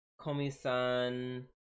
Komi-san